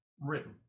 written